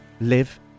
live